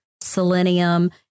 selenium